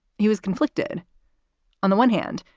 he was conflicted on the one hand.